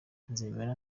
nzemera